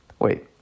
Wait